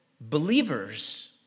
believers